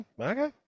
Okay